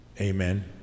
amen